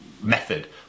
method